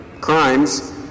crimes